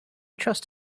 trust